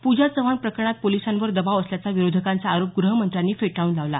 पूजा चव्हाण प्रकरणात पोलिसांवर दबाव असल्याचा विरोधकांचा आरोप गृहमंत्र्यांनी फेटाळून लावला